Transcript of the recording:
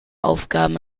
aufgaben